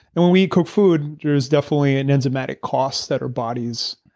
and when we cook food, there's definitely an enzymatic cost that our bodies